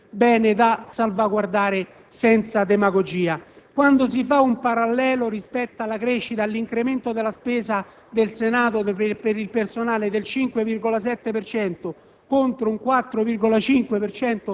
il senatore Morando. Credo sia un bene da salvaguardare senza demagogia. Quando si fa un parallelo tra l'incremento della spesa del Senato per il personale del 5,7